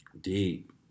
Deep